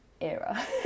era